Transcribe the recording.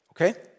okay